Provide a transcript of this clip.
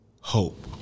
hope